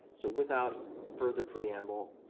so without further preamble,